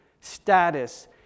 status